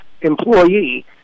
employee